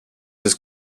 his